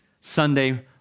Sunday